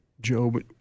Job